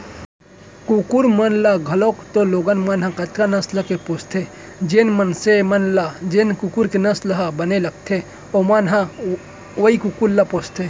कुकुर मन ल घलौक तो लोगन मन ह कतका नसल के पोसथें, जेन मनसे मन ल जेन कुकुर के नसल ह बने लगथे ओमन ह वोई कुकुर ल पोसथें